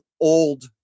old